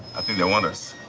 i think they want us.